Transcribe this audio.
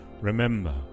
Remember